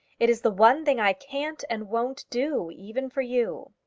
it is the one thing i can't and won't do, even for you.